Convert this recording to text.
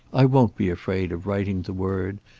i won't be afraid of writing the word,